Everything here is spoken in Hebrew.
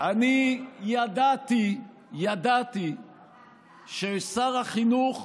אני ידעתי ששר החינוך,